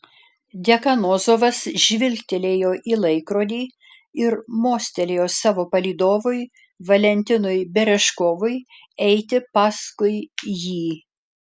dekanozovas žvilgtelėjo į laikrodį ir mostelėjo savo palydovui valentinui berežkovui eiti paskui jį